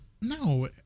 No